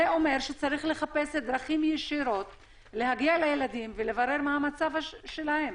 זה אומר שצריך לחפש דרכים ישירות להגיע לילדים ולברר מה המצב שלהם.